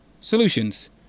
Solutions